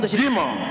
demon